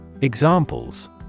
Examples